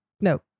No